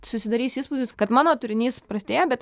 susidarys įspūdis kad mano turinys prastėja bet